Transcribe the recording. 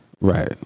Right